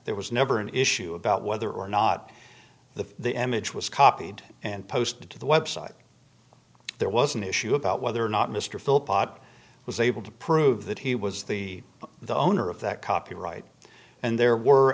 there was never an issue about whether or not the image was copied and posted to the website there was an issue about whether or not mr philip ott was able to prove that he was the the owner of that copyright and there were